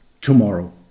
tomorrow